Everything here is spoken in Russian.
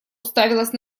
уставилась